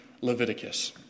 Leviticus